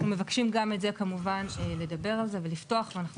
אנחנו מבקשים כמובן לדבר על זה ולפתוח ואנחנו